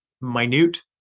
minute